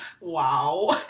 wow